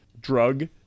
drug